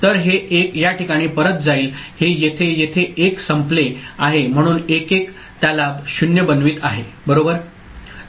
तर हे 1 या ठिकाणी परत जाईल हे येथे येथे 1 संपले आहे म्हणून 1 1 त्याला 0 बनवित आहे बरोबर